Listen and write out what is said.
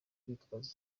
kwitwaza